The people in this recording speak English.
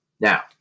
Now